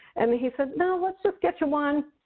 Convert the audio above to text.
and he said, no, let's just get you one.